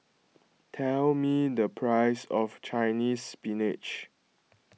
tell me the price of Chinese Spinach